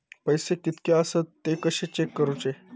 पैसे कीतके आसत ते कशे चेक करूचे?